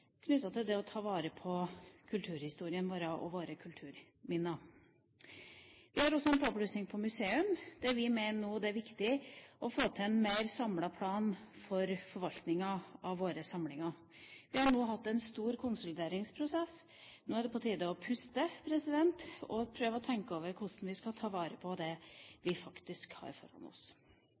knyttet til det å ta vare på kulturhistorien vår og våre kulturminner. Vi har også en påplussing på museum, der vi mener det nå er viktig å få til en mer samlet plan for forvaltningen av våre samlinger. Vi har nå hatt en stor konsolideringsprosess. Nå er det på tide å puste og prøve å tenke over hvordan vi skal ta vare på det vi faktisk har foran oss.